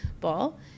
Ball